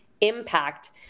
impact